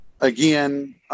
again